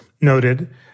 noted